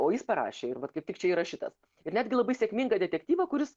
o jis parašė ir vat kaip tik čia yra šitas ir netgi labai sėkmingą detektyvą kuris